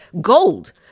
gold